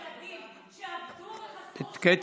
אני מכירה סיפורים מזעזעים של ילדים שעבדו וחסכו שקל אחרי שקל,